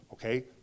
Okay